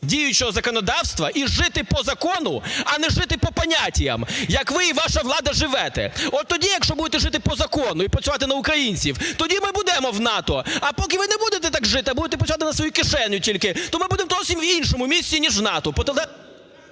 діючого законодавства і жити по закону, а не жити по понятіям, як ви і ваша влада живете. От тоді, якщо будете жити по закону і працювати на українців, тоді ми будемо в НАТО. А поки ви не будете так жити, а будете працювати на свою кишеню тільки, то ми будемо зовсім в іншому місті ніж в НАТО...